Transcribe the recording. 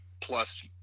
plus